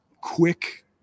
quick